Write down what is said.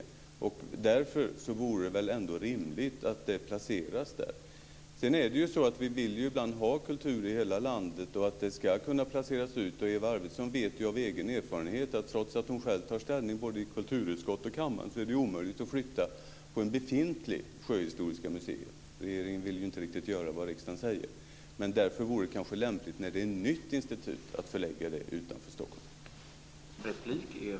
Därför vore det rimligt att det nationella centrumet placerades där. Vi vill ibland att kultur ska kunna placeras ut över hela landet. Eva Arvidsson vet av egen erfarenhet att trots att hon själv tar ställning för det både i kulturutskottet och i kammaren är det omöjligt att flytta det befintliga sjöhistoriska museet. Regeringen vill inte göra så som riksdagen uttalar. Det vore därför kanske lämpligt att förlägga ett nytt institut utanför Stockholm.